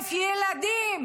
ל-900,000 ילדים.